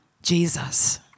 Jesus